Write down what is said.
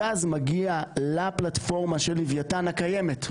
הגז מגיע לפלטפורמה של לווייתן הקיימת,